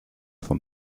vom